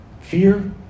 Fear